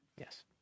Yes